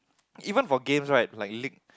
even for games right like League